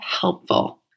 helpful